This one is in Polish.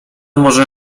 może